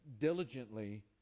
diligently